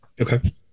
Okay